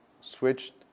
switched